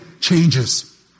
Changes